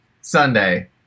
Sunday